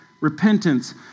repentance